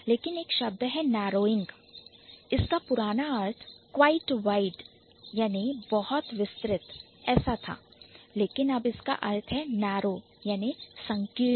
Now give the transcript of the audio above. लेकिन एक शब्द है Narrowing नारोइंग जिसका अर्थ Quite wide वाइड बहुत विस्तृत हुआ करता था लेकिन अब इसका अर्थ है narrow नारो संकीर्ण